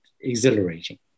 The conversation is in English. exhilarating